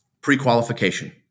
pre-qualification